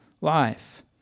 life